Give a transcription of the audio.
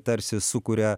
tarsi sukuria